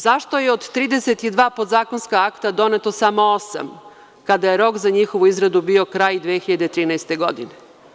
Zašto je od 32 podzakonska akta doneto samo osam, kada je rok za njihovu izradio bio kraj 2013. godine?